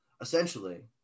essentially